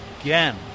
again